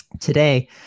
today